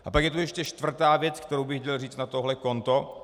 A pak je tu ještě čtvrtá věc, kterou bych chtěl říct na tohle konto.